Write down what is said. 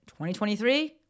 2023